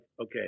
okay